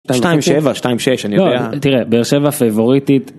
27 26 אני יודע... תראה באר שבע פיבוריטית.